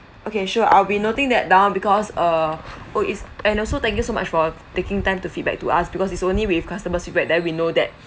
okay sure I'll be noting that down because err oh is and also thank you so much for taking time to feedback to us because it's only with customer's feedback then we know that